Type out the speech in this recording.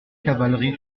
cavalerie